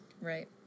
right